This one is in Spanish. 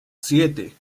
siete